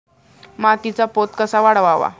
मातीचा पोत कसा वाढवावा?